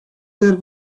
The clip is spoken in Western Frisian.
der